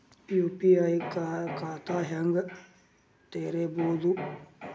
UPI ಖಾತಾ ಹೆಂಗ್ ತೆರೇಬೋದು?